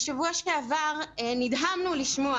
בשבוע שעבר נדהמנו לשמוע